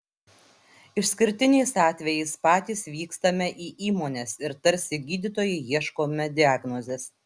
išskirtiniais atvejais patys vykstame į įmones ir tarsi gydytojai ieškome diagnozės